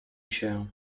się